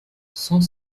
cent